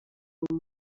ubu